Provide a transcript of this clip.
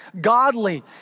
godly